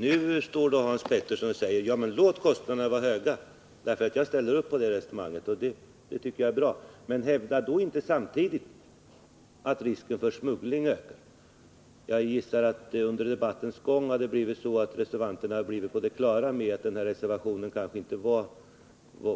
Nu står Hans Pettersson och säger att han skulle ställa upp på ett förslag som gör att avgifterna blir höga. Det tycker jag är bra, men hävda då inte samtidigt att risken för smuggling ökar. Jag gissar att reservanterna under debattens gång blivit på det klara med att den här reservationen kanske inte